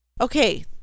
okay